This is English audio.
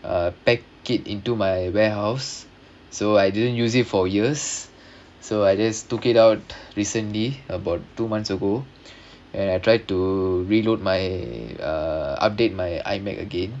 uh pack it into my warehouse so I didn't use it for years so I just took it out recently about two months ago and I try to reload my uh update my iMac again